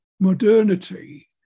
Modernity